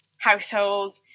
household